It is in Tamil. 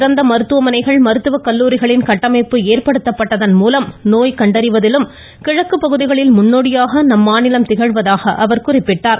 சிறந்த மருத்துவமனைகள் மருத்துவக் கல்லூரிகளின் கட்டமைப்பு தமிழகத்தில் ஏற்படுத்தப்பட்டதன் மூலம் நோய் கண்டறிவதிலும் கிழக்குப் பகுதிகளில் முன்னோடியாக நம் மாநிலம் திகழ்கிறது என்று அவர் குறிப்பிட்டார்